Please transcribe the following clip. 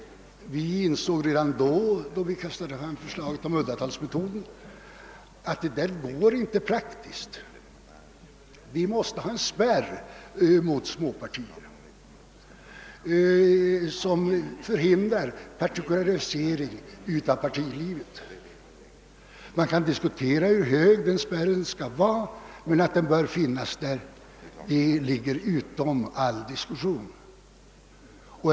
Vi insåg emellertid redan då vi kastade fram förslaget om uddatalsmetoden att detta inte går i praktiken. Vi måste ha en spärr mot småpartier som förhindrar partikularisering av partilivet. Man kan diskutera hur hög denna spärr skall vara, men att den bör finnas där ligger utom all diskussion.